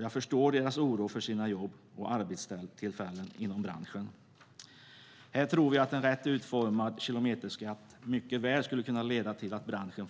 Jag förstår deras oro för jobben och arbetstillfällena inom branschen. Vi tror att en rätt utformad kilometerskatt mycket väl skulle kunna leda till att branschen